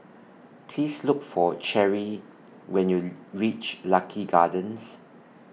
Please Look For Cherri when YOU REACH Lucky Gardens